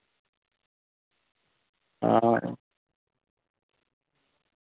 हां